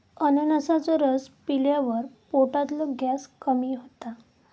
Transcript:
अननसाचो रस पिल्यावर पोटातलो गॅस कमी होता